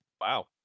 Wow